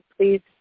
Please